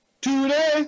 Today